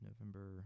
November